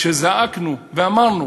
כשזעקנו ואמרנו,